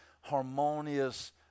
harmonious